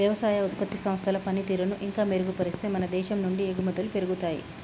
వ్యవసాయ ఉత్పత్తి సంస్థల పనితీరును ఇంకా మెరుగుపరిస్తే మన దేశం నుండి ఎగుమతులు పెరుగుతాయి